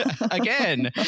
again